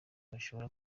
bashobora